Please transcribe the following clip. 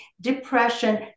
depression